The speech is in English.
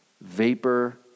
vapor